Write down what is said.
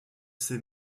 ses